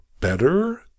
better